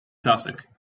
classic